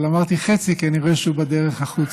אבל אמרתי חצי, כי אני רואה שהוא בדרך החוצה.